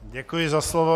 Děkuji za slovo.